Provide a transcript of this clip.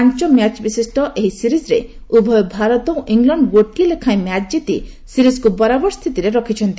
ପାଞ୍ଚମ୍ୟାଚ୍ ବିଶିଷ୍ଟ ଏହି ସିରିଜରେ ଉଭୟ ଭାରତ ଓ ଇଂଲଣ୍ଡ ଗୋଟିଏ ଲେଖାଏଁ ମ୍ୟାଚ୍ କିତି ସିରିଜକୁ ବରାବର ସ୍ଥିତିରେ ରଖିଛନ୍ତି